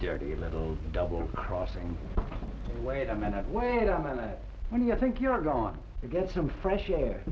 dirty little double crossing wait a minute wait a minute when you think you are going to get some fresh air